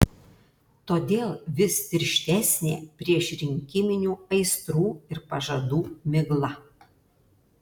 todėl vis tirštesnė priešrinkiminių aistrų ir pažadų migla